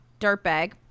Dirtbag